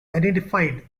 identified